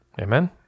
Amen